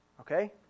Okay